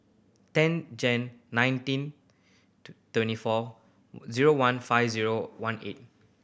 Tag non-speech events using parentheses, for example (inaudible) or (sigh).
ten Jan nineteen (unintelligible) twenty four zero one five zero one eight